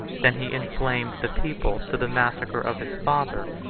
than he inflamed the people to the massacre of his father,